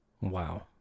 Wow